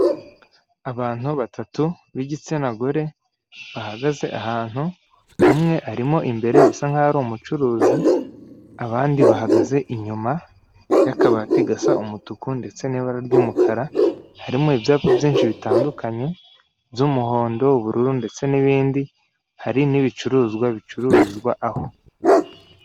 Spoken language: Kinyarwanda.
Abantu batatu b'igitsina gore bahagaze ahantu umwe arimo imbere bisa nkaho ari umucuruzi abandi bahagaze inyuma y'akabati gasa umutuku ndetse n'ibara ry'umukara harimo ibyapa byinshi bitandukanye by'umuhondo, ubururu, ndetse n'ibindi hari n'ibicuruzwa bicururizwa aho.